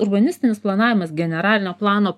urbanistinis planavimas generalinio plano